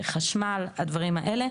שאת מפריעה לי.